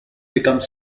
become